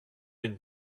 une